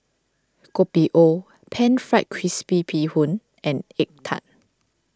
Kopi O Pan Fried Crispy Bee Hoon and Egg Tart